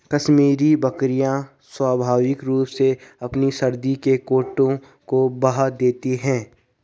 कश्मीरी बकरियां स्वाभाविक रूप से अपने सर्दियों के कोट को बहा देती है